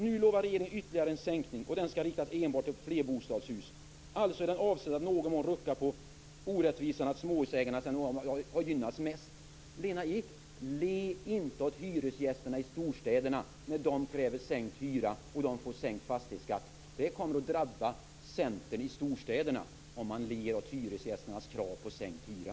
Nu lovar regeringen ytterligare en sänkning, och den skall riktas enbart till flerbostadshus. Alltså är den avsedd att i någon mån rucka på orättvisan att småhusägarna har gynnats mest. Lena Ek, le inte åt hyresgästerna i storstäderna när de kräver sänkt hyra och de får sänkt fastighetsskatt! Det kommer att drabba Centern i storstäderna om man ler åt hyresgästernas krav på sänkt hyra.